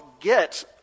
get